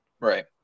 Right